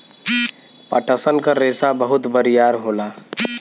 पटसन क रेसा बहुत बरियार होला